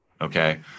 Okay